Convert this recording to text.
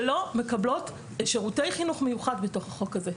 שלא מקבלות שירותי חינוך מיוחד בתוך החוק הזה.